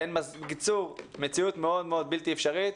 בקיצור, מציאות מאוד בלתי אפשרית.